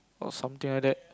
or something like that